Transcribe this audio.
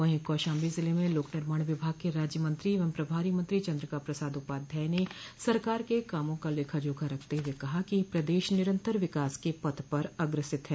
वहीं कौशाम्बी जिले में लोक निर्माण विभाग के राज्य मंत्री एवं प्रभारी मंत्री चन्द्रिका प्रसाद उपाध्याय ने सरकार के कामों का लेखा जोखा रखते हुए कहा कि प्रदेश निरंतर विकास के पथ पर अग्रसर है